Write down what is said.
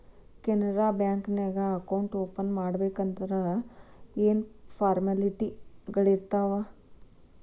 Canara bank ನ್ಯಾಗ account open ಮಾಡ್ಬೇಕಂದರ ಯೇನ್ ಫಾರ್ಮಾಲಿಟಿಗಳಿರ್ತಾವ?